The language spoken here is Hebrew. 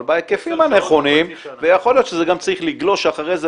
אבל בהיקפים הנכונים ויכול להיות שזה גם צריך לגלוש אחרי זה,